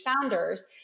founders